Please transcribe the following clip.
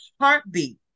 heartbeat